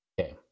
Okay